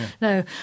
no